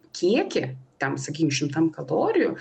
kiekį tam sakykim šimtam kalorijų